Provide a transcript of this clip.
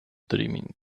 dreaming